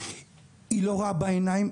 היא לא רואה בעיניים,